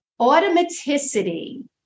automaticity